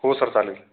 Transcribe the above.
हो सर चालेल